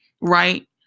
right